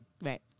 Right